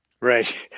right